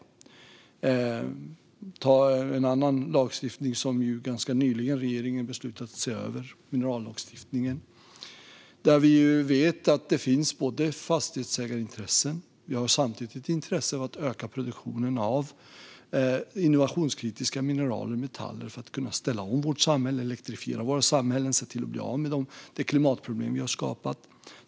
Vi kan jämföra med en annan lagstiftning som regeringen ganska nyligen beslutade att se över, nämligen minerallagstiftningen. Vi vet att det finns fastighetsägarintressen. Vi har samtidigt ett intresse av att öka produktionen av innovationskritiska mineral och metaller för att kunna ställa om och elektrifiera våra samhällen och se till att bli av med det klimatproblem vi har skapat.